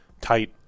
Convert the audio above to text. tight